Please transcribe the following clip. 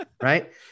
Right